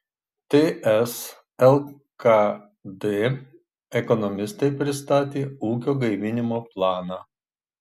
ts lkd ekonomistai pristatė ūkio gaivinimo planą